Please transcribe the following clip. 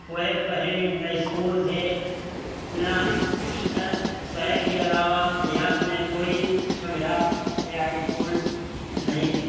वे कहीं ना इस्कूल थे ना शहर के अलावा देहात में कोई सुविधा या इस्कूल नहीं थे